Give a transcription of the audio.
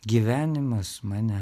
gyvenimas mane